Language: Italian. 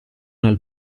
nel